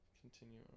Continue